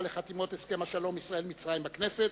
לחתימת הסכם השלום בין ישראל למצרים בכנסת,